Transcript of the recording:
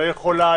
לא יכולה,